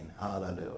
hallelujah